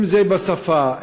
אם בשפה,